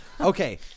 Okay